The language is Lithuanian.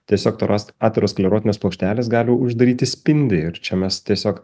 tiesiog toras aterosklerozinės plokštelės gali uždaryti spindį ir čia mes tiesiog